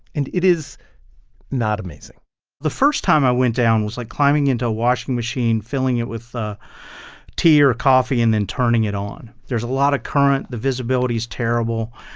and it is not amazing the first time i went down was like climbing into a washing machine, filling it with tea or coffee and then turning it on. there's a lot of current. the visibility's terrible.